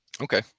Okay